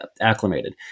acclimated